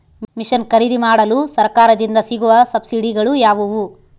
Mission ಖರೇದಿಮಾಡಲು ಸರಕಾರದಿಂದ ಸಿಗುವ ಸಬ್ಸಿಡಿಗಳು ಯಾವುವು?